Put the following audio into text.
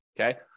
Okay